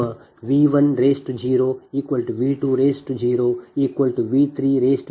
ನಿಮ್ಮ V 1 0 V 2 0 V 3 0 V 4 0 1